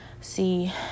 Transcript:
See